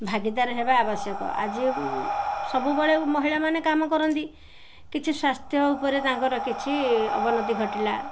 ଭାଗିଦାରେ ହେବା ଆବଶ୍ୟକ ଆଜି ସବୁବେଳେ ମହିଳାମାନେ କାମ କରନ୍ତି କିଛି ସ୍ୱାସ୍ଥ୍ୟ ଉପରେ ତାଙ୍କର କିଛି ଅବନତି ଘଟିଲା